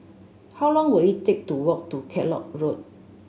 how long will it take to walk to Kellock Road